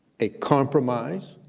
a compromise,